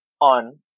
on